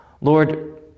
Lord